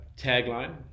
tagline